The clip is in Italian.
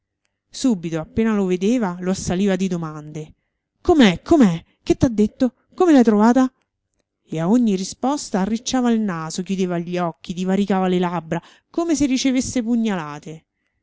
subito appena lo vedeva lo assaliva di domande com'è com'è che t'ha detto come l'hai trovata e a ogni risposta arricciava il naso chiudeva gli occhi divaricava le labbra come se ricevesse pugnalate